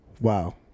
Wow